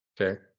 Okay